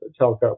telco